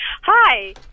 Hi